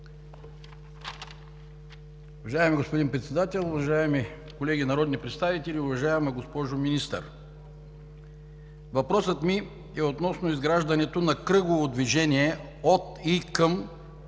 Уважаеми господин Председател, уважаеми колеги народни представители, уважаема госпожо Министър! Въпросът ми е относно изграждането на кръгово движение от и към